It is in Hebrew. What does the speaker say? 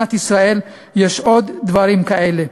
שבמדינת ישראל יש עוד דברים כאלה.